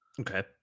Okay